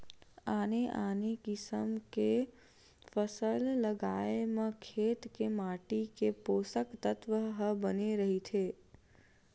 आने आने किसम के फसल लगाए म खेत के माटी के पोसक तत्व ह बने रहिथे